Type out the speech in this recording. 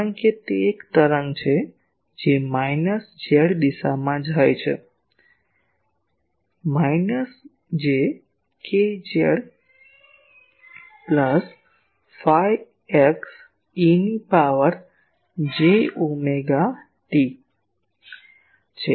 કારણ કે તે એક તરંગ છે જે માઈનસ z દિશામાં જાય છે માઈનસ j k zપ્લસ ફાઈ x e ની પાવર j ઓમેગા t છે